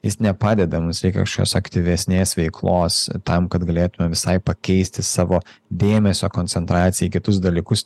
jis nepadeda mums reikia kažkokios aktyvesnės veiklos tam kad galėtume visai pakeisti savo dėmesio koncentraciją į kitus dalykus